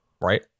right